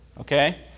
okay